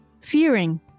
fearing